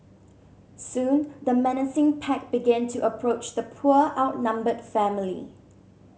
soon the menacing pack began to approach the poor outnumbered family